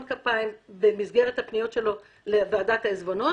כפיים במסגרת הפניות שלו לוועדת העיזבונות,